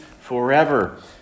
forever